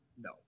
no